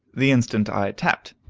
the instant i tapped.